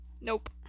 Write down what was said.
nope